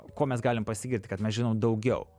kuo mes galim pasigirti kad mes žinom daugiau